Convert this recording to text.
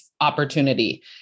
opportunity